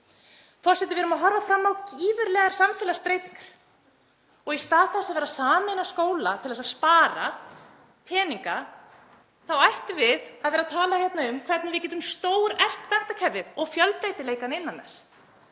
Forseti. Við erum að horfa fram á gífurlegar samfélagsbreytingar og í stað þess að vera að sameina skóla til að spara peninga þá ættum við að vera að tala hérna um hvernig við getum stóreflt menntakerfið og fjölbreytileikann innan þess.